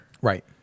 Right